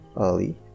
early